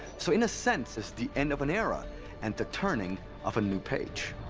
so in a sense, it's the end of an era and the turning of a new page.